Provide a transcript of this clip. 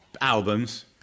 albums